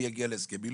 מי יגיע להסכם,